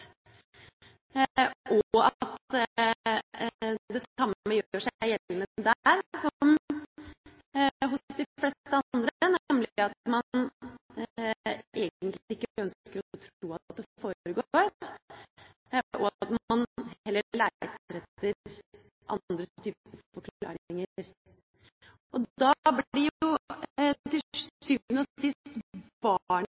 og at det samme gjør seg gjeldende der som hos de fleste andre, nemlig at man egentlig ikke ønsker å tro at det foregår, og at man heller leter etter andre typer forklaringer. Da blir jo til sjuende og sist barnet det